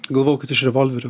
galvojau kad iš revolverio